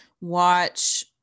watch